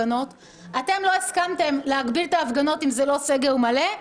ואתם לא הסכמתם להגביל את ההפגנות אם זה לא סגר מלא.